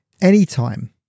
Anytime